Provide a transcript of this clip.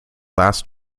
last